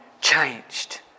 changed